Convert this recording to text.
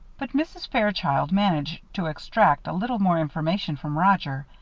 but mrs. fairchild managed to extract a little more information from roger,